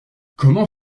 comment